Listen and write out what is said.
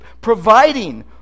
providing